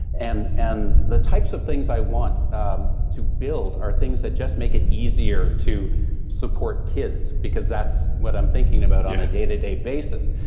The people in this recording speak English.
and and the types of things i want um to build are things that just make it easier to support kids because that's what i'm thinking about on a day to day basis.